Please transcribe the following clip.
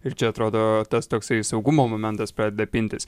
ir čia atrodo tas toksai saugumo momentas pradeda pintis